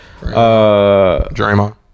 Draymond